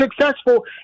successful